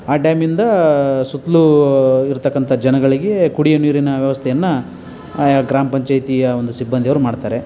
ಆ ಡ್ಯಾಮಿಂದ ಸುತ್ತಲು ಇರತಕ್ಕಂಥ ಜನಗಳಿಗೆ ಕುಡಿಯೋ ನೀರಿನ ವ್ಯವಸ್ಥೆಯನ್ನು ಆಯಾ ಗ್ರಾಮ ಪಂಚಾಯಿತಿಯ ಒಂದು ಸಿಬ್ಬಂದಿಯವ್ರು ಮಾಡ್ತಾರೆ